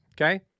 Okay